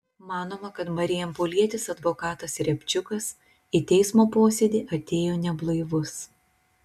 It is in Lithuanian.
manoma kad marijampolietis advokatas riabčiukas į teismo posėdį atėjo neblaivus